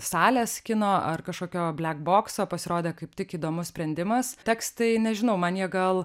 salės kino ar kažkokio blek bokso pasirodė kaip tik įdomus sprendimas tekstai nežinau man jie gal